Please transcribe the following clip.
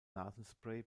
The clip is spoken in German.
nasenspray